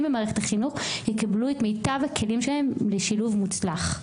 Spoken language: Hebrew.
במערכת החינוך יקבלו את מיטב הכלים לשילוב מוצלח,